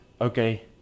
okay